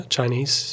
Chinese